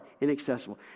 Inaccessible